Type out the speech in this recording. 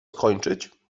skończyć